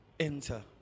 Enter